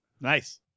Nice